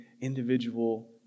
individual